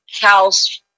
house